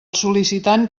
sol·licitant